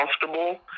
comfortable